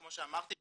כמו שאמרתי,